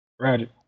Right